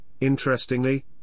interestingly